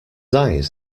eyes